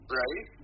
right